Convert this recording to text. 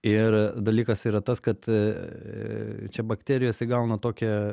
ir dalykas yra tas kad čia bakterijos įgauna tokią